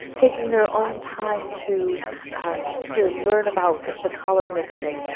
taking their own time to um to learn about the color mixing,